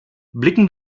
blicken